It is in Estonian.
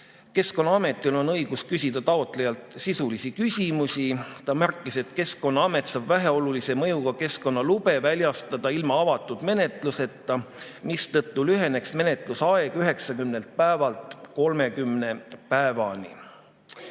Keskkonnaametil on õigus küsida taotlejalt sisulisi küsimusi. Hanna Vahter märkis, et Keskkonnaamet saab väheolulise mõjuga keskkonnalube väljastada ilma avatud menetluseta, mispuhul lüheneks menetlusaeg 90 päevalt 30 päevani.